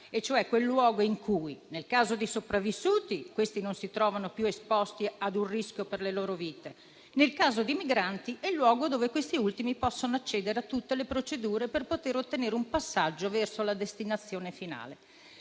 cioè quel luogo in cui, nel caso dei sopravvissuti, questi non si trovano più esposti a un rischio per le loro vite; nel caso dei migranti, è il luogo dove questi ultimi possono accedere a tutte le procedure per ottenere un passaggio verso la destinazione finale.